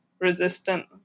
resistant